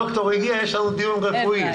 הד"ר הגיע, יש לנו דיון רפואי.